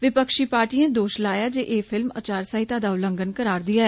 विपक्षी पार्टीएं दोश लाया जे एह् फिल्म आचार संहिता दा उलंघन करारे दी ऐ